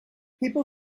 people